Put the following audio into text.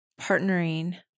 partnering